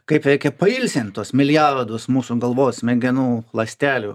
kaip reikia pailsint tuos milijardus mūsų galvos smegenų ląstelių